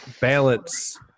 balance